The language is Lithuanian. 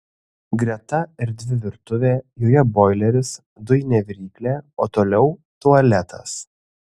greta erdvi virtuvė joje boileris dujinė viryklė o toliau tualetas